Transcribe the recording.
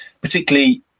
particularly